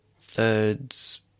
thirds